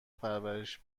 پرورش